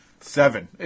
seven